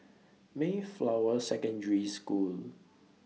Mayflower Secondary School